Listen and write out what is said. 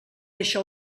això